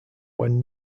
when